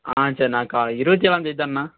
ஆ சரிண்ணா கா இருபத்தி ஏழாந்தேதிதாண்ணா